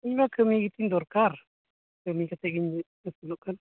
ᱤᱧᱢᱟ ᱠᱟᱹᱢᱤ ᱜᱮᱛᱤᱧ ᱫᱚᱨᱠᱟᱨ ᱠᱟᱹᱢᱤ ᱠᱟᱛᱮᱜᱮᱧ ᱟᱹᱥᱩᱞᱚᱜ ᱠᱟᱱ